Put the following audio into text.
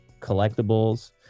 collectibles